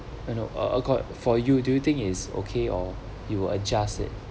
you know uh a got for you do you think is okay or you will adjust it